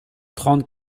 trente